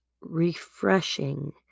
Refreshing